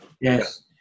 Yes